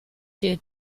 due